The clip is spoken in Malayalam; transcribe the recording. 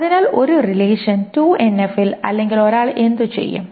അതിനാൽ ഒരു റിലേഷൻ 2NF ൽ അല്ലെങ്കിൽ ഒരാൾ എന്തു ചെയ്യും